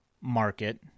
market